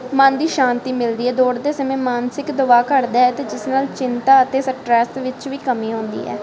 ਮਨ ਦੀ ਸ਼ਾਂਤੀ ਮਿਲਦੀ ਹੈ ਦੌੜਦੇ ਸਮੇਂ ਮਾਨਸਿਕ ਦਬਾਅ ਘੱਟਦਾ ਹੈ ਅਤੇ ਜਿਸ ਨਾਲ ਚਿੰਤਾ ਅਤੇ ਸਟਰੈਸ ਵਿੱਚ ਵੀ ਕਮੀ ਆਉਂਦੀ ਹੈ